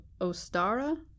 Ostara